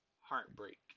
heartbreak